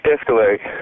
Escalade